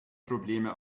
probleme